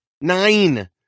nine